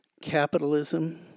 capitalism